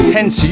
Hence